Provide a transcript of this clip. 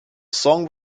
song